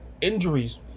injuries